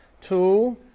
Two